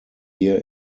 year